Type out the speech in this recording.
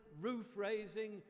roof-raising